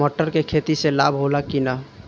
मटर के खेती से लाभ होला कि न?